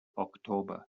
oktober